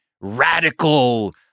radical